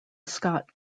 scott